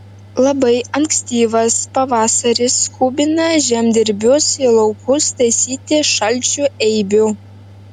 labai ankstyvas pavasaris skubina žemdirbius į laukus taisyti šalčių eibių